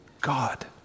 God